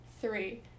three